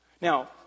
Now